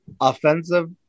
offensive